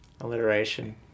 alliteration